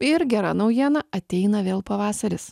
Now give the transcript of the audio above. ir gera naujiena ateina vėl pavasaris